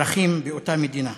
אזרחים באותה מדינה.